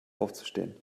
aufzustehen